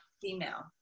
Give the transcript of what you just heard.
female